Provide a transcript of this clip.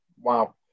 Wow